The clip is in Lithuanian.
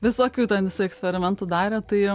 visokių ten jis eksperimentų darė tai